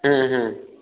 ହୁଁ ହୁଁ